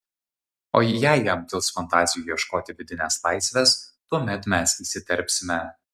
o jei jam kils fantazijų ieškoti vidinės laisvės tuomet mes įsiterpsime